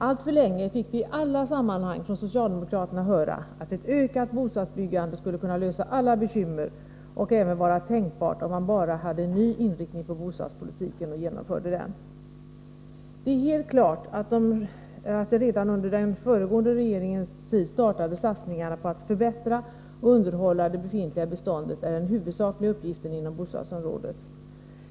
Alltför länge fick vii alla sammanhang från socialdemokraterna höra att ett ökat bostadsbyggande skulle kunna lösa alla bekymmer och även vara tänkbart, om man bara hade en ny inriktning på bostadpolitiken och genomförde den. Det är helt klart att de redan under den föregående regeringens tid startade satsningarna på att förbättra och underhålla det befintliga beståndet är den huvudsakliga uppgiften inom bostadsområdet.